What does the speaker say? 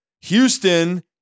Houston